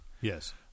Yes